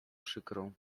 przykrą